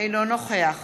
אינו נוכח